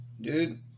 Dude